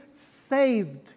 saved